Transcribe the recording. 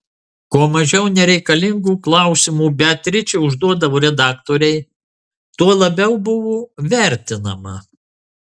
kuo mažiau nereikalingų klausimų beatričė užduodavo redaktorei tuo labiau buvo vertinama